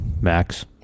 Max